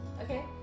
Okay